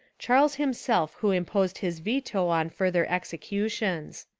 charles him self who imposed his veto on further execu tions.